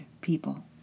people